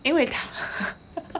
因为